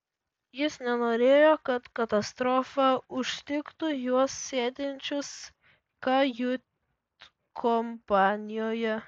jis nenorėjo kad katastrofa užtiktų juos sėdinčius kajutkompanijoje